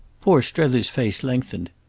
poor strether's face lengthened.